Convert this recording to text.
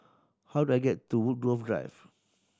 how do I get to Woodgrove Drive